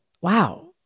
wow